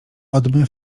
odmy